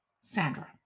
Sandra